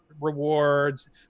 rewards